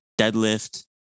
deadlift